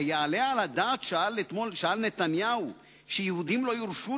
היעלה על הדעת, שאל נתניהו, שיהודים לא יורשו